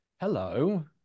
hello